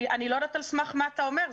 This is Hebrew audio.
אני לא יודעת על סמך מה הוא אומר.